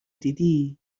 دیدی